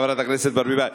חברת הכנסת ברביבאי.